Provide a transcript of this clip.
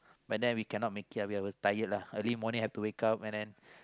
but then we cannot make it uh we are were tired lah every morning have to wake up and then